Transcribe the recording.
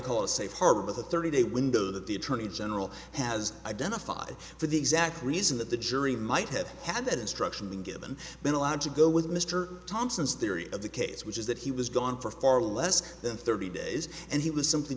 call a safe harbor with a thirty day window that the attorney general has identified for the exact reason that the jury might have had that instruction given been allowed to go with mr thompson's theory of the case which is that he was gone for far less than thirty days and he was simply